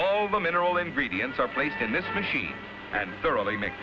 over mineral ingredients are placed in this machine and thoroughly make